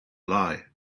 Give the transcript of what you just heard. lie